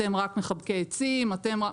אתם רק מחבקי עצים".